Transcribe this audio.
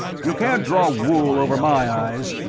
you can't draw wool over my eyes.